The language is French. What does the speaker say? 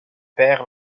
père